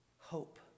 hope